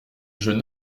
jeune